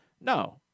No